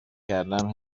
کردهام